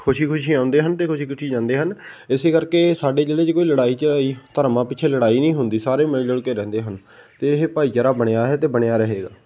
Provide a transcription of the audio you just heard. ਖੁਸ਼ੀ ਖੁਸ਼ੀ ਆਉਂਦੇ ਹਨ ਅਤੇ ਖੁਸ਼ੀ ਖੁਸ਼ੀ ਜਾਂਦੇ ਹਨ ਇਸ ਕਰਕੇ ਸਾਡੇ ਜ਼ਿਲ੍ਹੇ 'ਚ ਕੋਈ ਲੜਾਈ ਝੜਾਈ ਧਰਮਾਂ ਪਿੱਛੇ ਲੜਾਈ ਨਹੀਂ ਹੁੰਦੀ ਸਾਰੇ ਮਿਲ ਜੁਲ ਕੇ ਰਹਿੰਦੇ ਹਨ ਅਤੇ ਇਹ ਭਾਈਚਾਰਾ ਬਣਿਆ ਹੈ ਅਤੇ ਬਣਿਆ ਰਹੇਗਾ